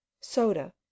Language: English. soda